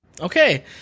Okay